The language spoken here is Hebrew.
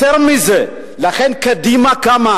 יותר מזה, קדימה קמה